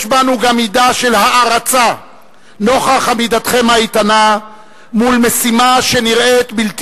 יש בנו גם מידה של הערצה נוכח עמידתכם האיתנה מול משימה שנראית בלתי